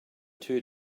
two